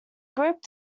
group